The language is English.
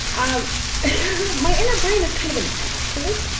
um um my inner brain is kind of an asshole,